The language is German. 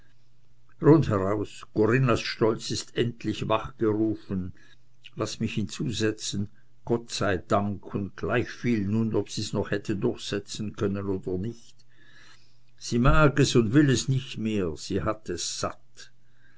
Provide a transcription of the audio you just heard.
rundheraus corinnas stolz ist endlich wachgerufen laß mich hinzusetzen gott sei dank und gleichviel nun ob sie's noch hätte durchsetzen können oder nicht sie mag es und will es nicht mehr sie hat es satt